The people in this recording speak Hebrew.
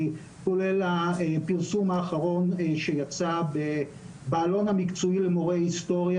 כולל הפרסום האחרון שיצא בעלון המקצועי למורי היסטוריה,